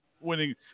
winning